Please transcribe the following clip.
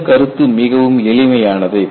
இந்தக் கருத்து மிகவும் எளிமையானது